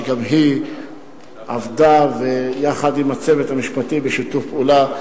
שגם היא עבדה יחד עם הצוות המשפטי בשיתוף פעולה.